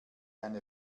eine